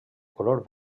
color